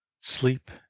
sleep